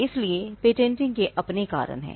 इसलिए पेटेंटिंग के अपने कारण हैं